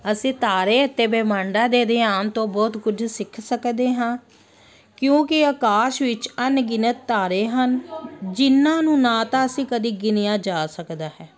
ਅਸੀਂ ਤਾਰੇ ਅਤੇ ਬ੍ਰਹਿਮੰਡਾਂ ਦੇ ਅਧਿਐਨ ਤੋਂ ਬਹੁਤ ਕੁਝ ਸਿੱਖ ਸਕਦੇ ਹਾਂ ਕਿਉਂਕਿ ਆਕਾਸ਼ ਵਿੱਚ ਅਣਗਿਣਤ ਤਾਰੇ ਹਨ ਜਿਨ੍ਹਾਂ ਨੂੰ ਨਾ ਤਾਂ ਅਸੀਂ ਕਦੇ ਗਿਣਿਆ ਜਾ ਸਕਦਾ ਹੈ